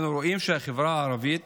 אנו רואים שהחברה הערבית